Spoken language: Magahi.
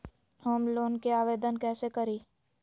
होम लोन के आवेदन कैसे करि?